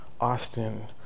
Austin